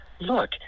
look